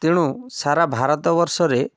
ତେଣୁ ସାରା ଭାରତବର୍ଷରେ